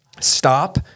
stop